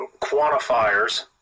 quantifiers